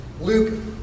Luke